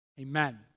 Amen